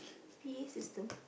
P_A system